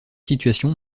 situations